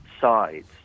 sides